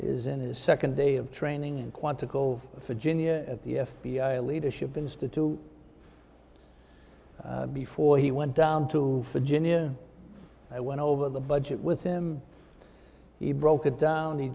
is in his second day of training in quantico virginia at the f b i leadership institute before he went down to virginia i went over the budget with him he broke it down he